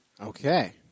Okay